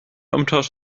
umtausch